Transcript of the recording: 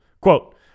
quote